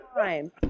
time